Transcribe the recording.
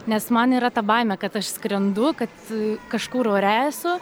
nes man yra ta baimė kad aš skrendu kad kažkur ore esu